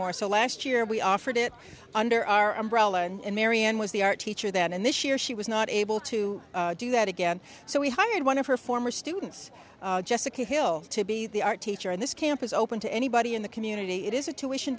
more so last year we offered it under our umbrella and marion was the art teacher then and this year she was not able to do that again so we hired one of her former students jessica hill to be the art teacher and this camp is open to anybody in the community it is a tuition